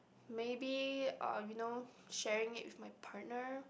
maybe uh you know sharing it with my partner